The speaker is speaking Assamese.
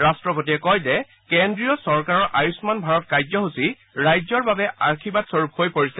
ৰাষ্ট্ৰপতিয়ে কয় যে কেন্দ্ৰীয় চৰকাৰৰ আয়ুম্মান ভাৰত কাৰ্যসূচী ৰাইজৰ বাবে আশীৰ্বাদ স্বৰূপ হৈ পৰিছে